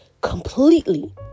completely